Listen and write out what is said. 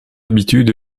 habitude